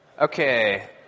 Okay